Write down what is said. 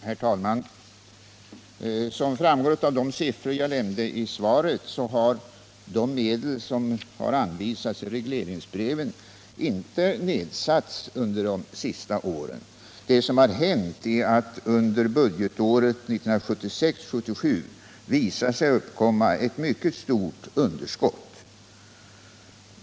Herr talman! Som framgår av de siffror jag nämnde i svaret har de medel som anvisats i regleringsbreven inte nedsatts under de senaste åren. Det som har hänt är att det under budgetåret 1976/77 visat sig uppkomma ett mycket stort underskott.